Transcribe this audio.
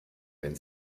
wenn